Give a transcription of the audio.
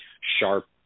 sharp